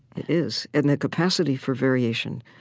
it is. and the capacity for variation,